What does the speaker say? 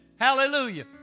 Hallelujah